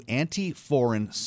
anti-foreign